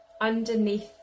underneath